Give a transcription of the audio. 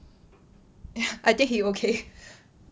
I think he okay